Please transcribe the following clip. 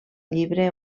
llibre